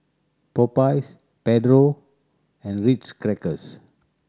Popeyes Pedro and Ritz Crackers